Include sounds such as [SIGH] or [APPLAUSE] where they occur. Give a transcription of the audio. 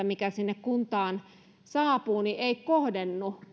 [UNINTELLIGIBLE] mikä sinne kuntaan saapuu ei välttämättä kohdennu sitten